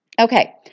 Okay